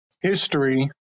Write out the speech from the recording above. history